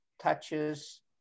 touches